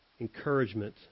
encouragement